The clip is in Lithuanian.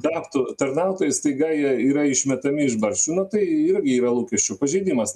taptų tarnautojais staiga jie yra išmetami iš barščių nu tai irgi yra lūkesčių pažeidimas na